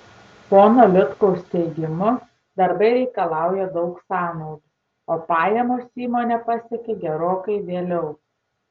pono liutkaus teigimu darbai reikalauja daug sąnaudų o pajamos įmonę pasiekia gerokai vėliau